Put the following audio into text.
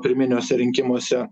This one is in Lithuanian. pirminiuose rinkimuose